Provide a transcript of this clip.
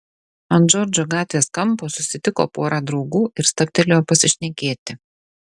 ant džordžo gatvės kampo susitiko porą draugų ir stabtelėjo pasišnekėti